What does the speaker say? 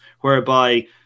whereby